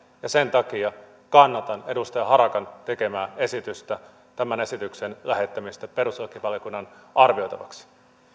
ja sen takia kannatan edustaja harakan tekemää esitystä tämän esityksen lähettämisestä perustuslakivaliokunnan arvioitavaksi